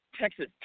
Texas